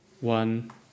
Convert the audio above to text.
one